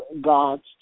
God's